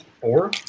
Four